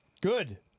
Good